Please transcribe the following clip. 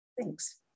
thanks